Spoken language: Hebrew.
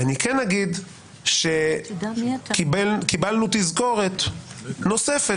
אני כן אגיד שקיבלנו תזכורת נוספת,